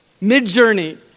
Mid-journey